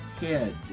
head